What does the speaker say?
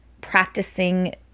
practicing